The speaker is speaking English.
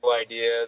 idea